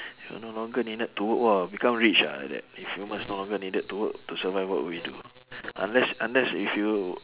you no longer needed to work !wah! become rich ah like that if humans no longer needed to work to survive what would we do unless unless if you